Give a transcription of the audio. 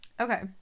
okay